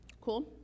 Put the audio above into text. Cool